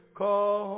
call